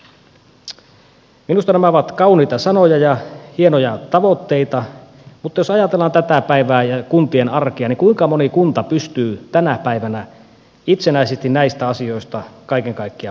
minusta nämä ovat kauniita sanoja ja hienoja tavoitteita mutta jos ajatellaan tätä päivää ja kuntien arkea niin kuinka moni kunta pystyy tänä päivänä itsenäisesti näistä asioista kaiken kaikkiaan huolehtimaan